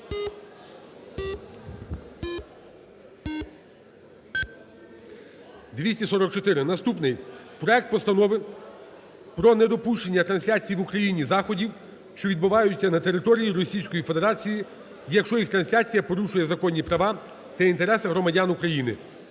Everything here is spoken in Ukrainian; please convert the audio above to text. За-244 Наступний. Проект Постанови про недопущення трансляції в Україні заходів, що відбуватимуться на території Російської Федерації, якщо їх трансляція порушує законні права та інтереси громадян України